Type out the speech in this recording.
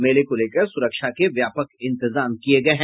मेले को लेकर सुरक्षा के व्यापक इंतजाम किये गये हैं